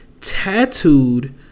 tattooed